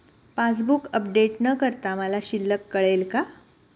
Passbook update न करता मला शिल्लक कळेल का?